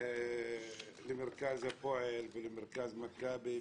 למרכז הפועל ולמרכז מכבי,